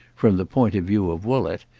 from the point of view of woollett,